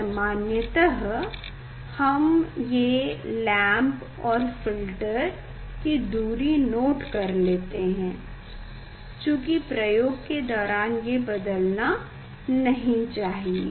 समान्यतः हम ये लैम्प और फ़िल्टर कि दूरी नोट कर लेते हैं चूंकि प्रयोग के दौरान ये बदलना नहीं चाहिए